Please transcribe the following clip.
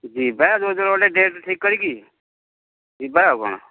ଯିବା ଯେଉଁ ଦିନ ଗୋଟିଏ ଡେଟ୍ ଠିକ୍ କରିକି ଯିବା ଆଉ କଣ